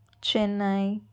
Chennai